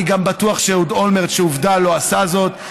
אני גם בטוח שאהוד אולמרט, עובדה, הוא לא עשה זאת.